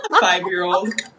Five-year-old